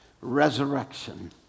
resurrection